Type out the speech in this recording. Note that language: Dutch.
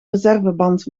reserveband